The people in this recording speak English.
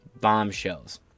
bombshells